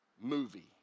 movie